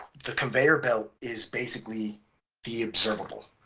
the conveyor belt is basically the observable.